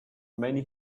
many